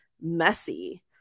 messy